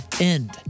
end